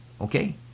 Okay